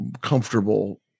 comfortable